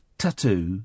tattoo